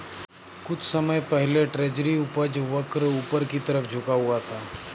कुछ समय पहले ट्रेजरी उपज वक्र ऊपर की तरफ झुका हुआ था